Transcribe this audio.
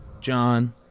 John